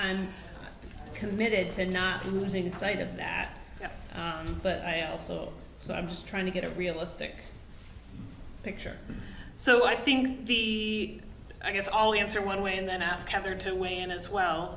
and committed to not losing sight of that but i also so i'm just trying to get a realistic picture so i think the i guess all the answer one way and then ask heather to weigh in as well